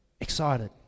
excited